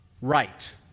right